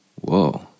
whoa